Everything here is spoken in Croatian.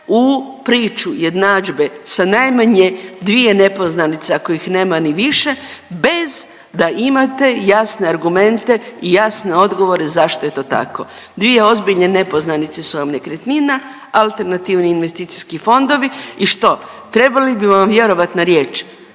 u priču jednadžbe sa najmanje dvije nepoznanice, ako nema ni više, bez da imate jasne argumente i jasne odgovore zašto je to tako. Dvije ozbiljne nepoznanice su vam nekretnina, alternativni investicijski fondovi i što? Trebali bi vam vjerovati na riječ?